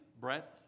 breadth